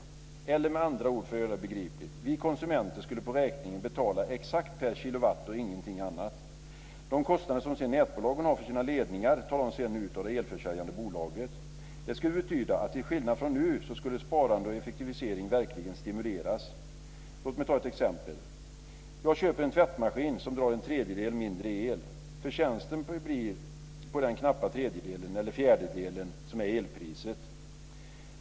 Eller uttryckt med andra ord för att göra det begripligt: Vi konsumenter skulle på räkningen betala exakt per kilowatt och ingenting annat. De kostnader som nätbolagen har för sina ledningar tar de sedan ut av det elförsäljande bolaget. Det skulle betyda att till skillnad från nu skulle sparande och effektivisering verkligen stimuleras. Låt mig ge ett exempel. Om jag köper en tvättmaskin som drar en tredjedel mindre el, gör jag en förtjänst på en knapp tredjedel av elpriset.